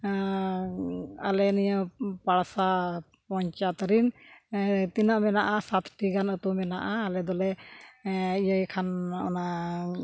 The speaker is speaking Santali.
ᱟᱞᱮ ᱱᱤᱭᱟᱹ ᱯᱟᱲᱥᱟ ᱯᱚᱧᱪᱟᱭᱮᱛ ᱨᱤᱱ ᱛᱤᱱᱟᱹᱜ ᱢᱮᱱᱟᱜᱼᱟ ᱥᱟᱛᱴᱤ ᱜᱟᱱ ᱟᱹᱛᱩ ᱢᱮᱱᱟᱜᱼᱟ ᱟᱞᱮ ᱫᱚᱞᱮ ᱤᱭᱟᱹᱭ ᱠᱷᱟᱱ ᱚᱱᱟ